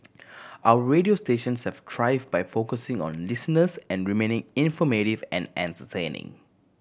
our radio stations have thrived by focusing on listeners and remaining informative and entertaining